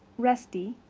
rusty,